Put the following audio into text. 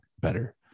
better